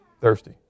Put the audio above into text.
Thirsty